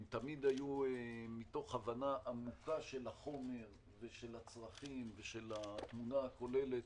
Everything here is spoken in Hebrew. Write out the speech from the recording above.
הם תמיד היו מתוך הבנה עמוקה של החומר ושל הצרכים ושל התמונה הכוללת.